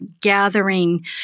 gathering